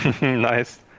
Nice